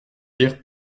guère